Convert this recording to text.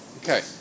Okay